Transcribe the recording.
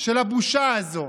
של הבושה הזו.